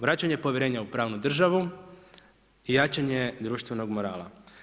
Vraćanje povjerenja u pravnu državu i jačanje društvenog morala.